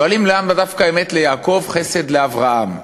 שואלים, למה דווקא אמת ליעקב וחסד לאברהם?